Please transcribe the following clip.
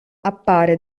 appare